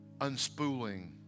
unspooling